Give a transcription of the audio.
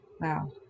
Wow